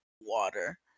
water